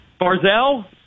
Barzell